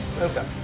Okay